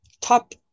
top